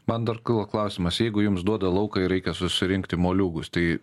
man dar kilo klausimas jeigu jums duoda lauką ir reikia surinkti moliūgus tai